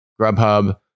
Grubhub